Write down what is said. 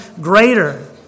greater